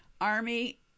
Army